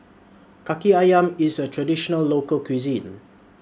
Kaki Ayam IS A Traditional Local Cuisine